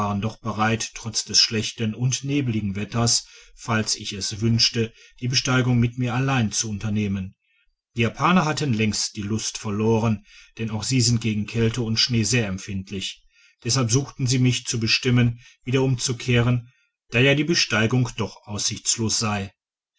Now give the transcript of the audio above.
doch bereit trotz des schlechten und nebligen wetters falls ich es wünschte die besteigung mit mir allein zu unternehmen die japaner hatten längst die lust verloren denn auch sie sind gegen kälte und schnee sehr empfindlich deshalb suchten sie mich zu bestimmen wieder umzukehren da ja die besteigung doch aussichtslos sei